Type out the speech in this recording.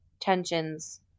tensions